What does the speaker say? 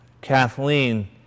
Kathleen